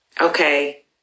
okay